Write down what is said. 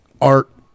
art